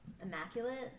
immaculate